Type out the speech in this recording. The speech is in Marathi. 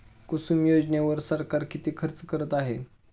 कुसुम योजनेवर सरकार किती खर्च करत आहे?